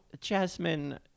Jasmine